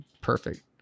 perfect